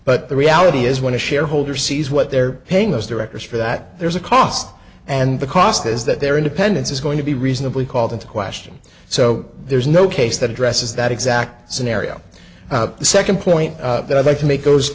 but the reality is when a shareholder sees what they're paying those directors for that there's a cost and the cost is that their independence is going to be reasonably called into question so there's no case that addresses that exact scenario the second point that i'd like to make goes